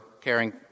caring